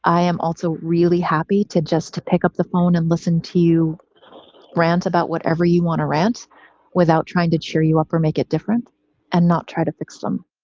am also really happy to just to pick up the phone and listen to you rant about whatever you want to rant without trying to cheer you up or make it different and not try to fix them